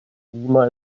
lima